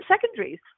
secondaries